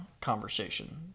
conversation